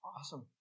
Awesome